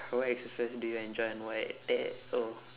what exercise do you enjoy and why eh oh